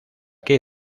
que